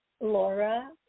Laura